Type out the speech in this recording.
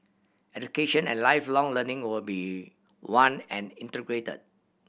education and Lifelong Learning will be one and integrated